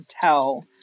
tell